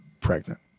pregnant